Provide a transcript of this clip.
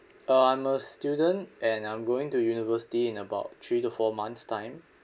uh I'm a student and I'm going to university in about three to four months time